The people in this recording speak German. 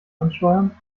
ansteuern